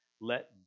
let